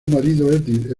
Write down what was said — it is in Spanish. marido